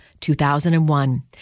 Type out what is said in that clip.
2001